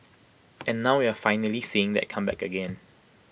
and now we're finally seeing that come back again